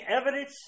evidence